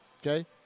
Okay